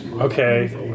Okay